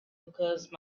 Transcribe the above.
because